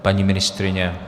Paní ministryně?